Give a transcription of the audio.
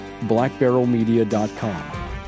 blackbarrelmedia.com